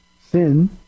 sin